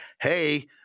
hey